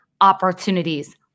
opportunities